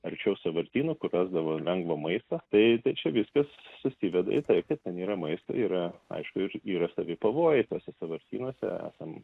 arčiau sąvartynų kur rasdavo lengvo maisto tai tai čia viskas susiveda į tai kad ten yra maisto yra aišku ir yra savi pavojai tuose sąvartynuose esam